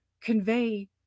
convey